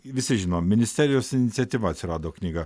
visi žino ministerijos iniciatyva atsirado knyga